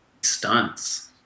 stunts